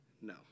No